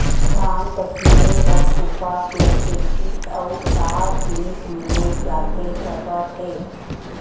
धान पछिने बर सुपा के सेती अऊ का जिनिस लिए जाथे सकत हे?